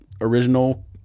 original